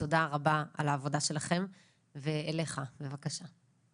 תודה רבה על העבודה שלכם ואליך, בבקשה.